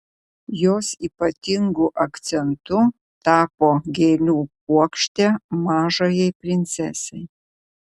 jos ypatingu akcentu tapo gėlių puokštė mažajai princesei